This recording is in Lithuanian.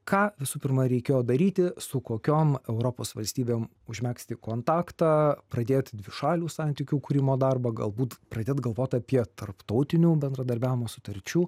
ką visų pirma reikėjo daryti su kokiom europos valstybėm užmegzti kontaktą pradėti dvišalių santykių kūrimo darbą galbūt pradėt galvot apie tarptautinių bendradarbiavimo sutarčių